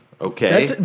Okay